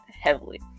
heavily